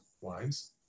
wines